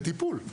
בטיפול.